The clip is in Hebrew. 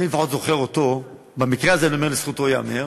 אני זוכר אותו, במקרה הזה אני אומר: לזכותו ייאמר,